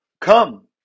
Come